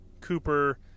cooper